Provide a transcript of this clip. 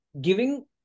giving